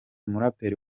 umuraperi